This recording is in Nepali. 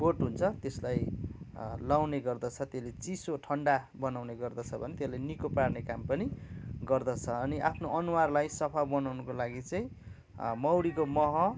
बोट हुन्छ त्यसलाई लाउने गर्दछ त्यसले चिसो ठन्डा बनाउने गर्दछ भने त्यसले निको पर्ने काम पनि गर्दछ अनि आफ्नो अनुहारलाई सफा बनाउनुको लागि चाहिँ मौरीको मह